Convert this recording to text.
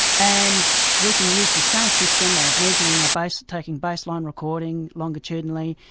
and we can use the same system of measuring, but taking baseline recording longitudinally,